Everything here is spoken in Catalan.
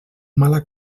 mala